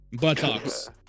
buttocks